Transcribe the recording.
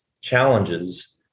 challenges